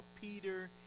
Peter